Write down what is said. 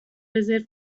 رزرو